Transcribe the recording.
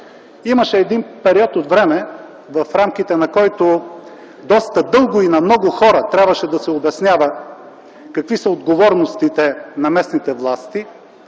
имаше един период от време, в рамките на който доста дълго и на много хора трябваше да се обяснява какви са отговорностите на местните власти,